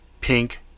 Pink